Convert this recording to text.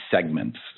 segments